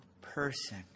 person